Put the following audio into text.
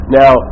now